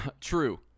true